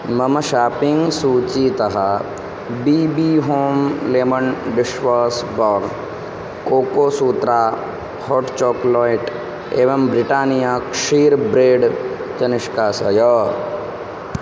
मम शापिङ्ग् सूचीतः बी बी हों लेमन् डिश्वास् बार् कोकोसूत्रा हाट् चाक्लोट् एवं ब्रिटानिया क्षरं ब्रेड् च निष्कासय